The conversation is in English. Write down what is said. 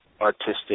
artistic